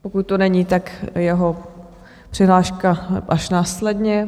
Pokud tu není, tak jeho přihláška až následně.